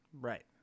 Right